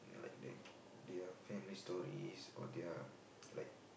like they like their fan histories or their like